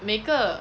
每个